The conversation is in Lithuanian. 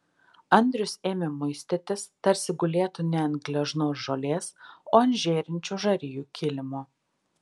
andrius ėmė muistytis tarsi gulėtų ne ant gležnos žolės o ant žėrinčių žarijų kilimo